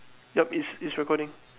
yup it's it's recording